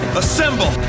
assemble